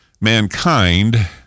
mankind